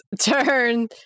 turn